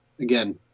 again